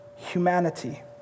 Humanity